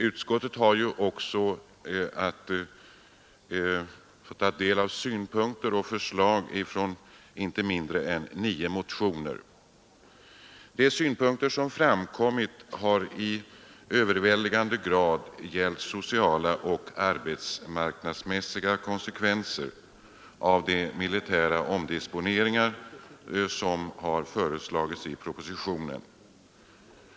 Utskottet har också fått ta del av synpunkter och förslag som framförts i inte mindre än nio motioner. De synpunkter som framkommit har i överväldigande grad gällt sociala och arbetsmarknadsmässiga konsekvenser av de militära omdisponeringar som föreslagits i propositionen.